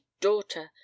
daughter